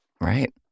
right